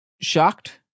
shocked